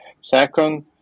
Second